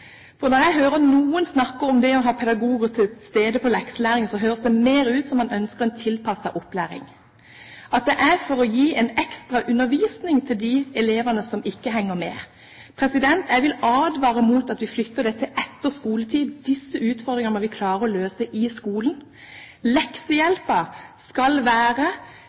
Når jeg hører noen snakke om å ha pedagoger til stede på lekselæring, høres det mer ut som om en ønsker en tilpasset opplæring – at det er for å gi en ekstra undervisning til de elevene som ikke henger med. Jeg vil advare mot at vi flytter det til etter skoletid. Disse utfordringene må vi klare å løse i skolen. Leksehjelpen skal være